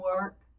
work